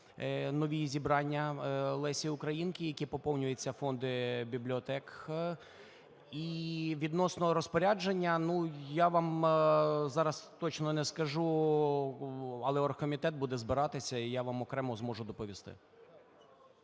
нові зібрання Лесі Українки, якими поповнюється фонди бібліотек. І відносно розпорядження я вам зараз точно не скажу, але оргкомітет буде збиратися, і я вам окремо зможу доповісти.